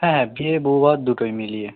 হ্যাঁ হ্যাঁ বিয়ে বৌভাত দুটোই মিলিয়ে